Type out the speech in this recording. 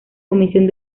comisión